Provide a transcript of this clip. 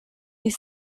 you